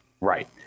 right